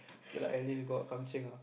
okay lah at least got ah